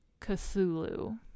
Cthulhu